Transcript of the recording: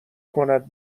کند